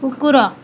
କୁକୁର